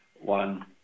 one